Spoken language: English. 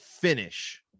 finish